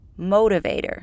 motivator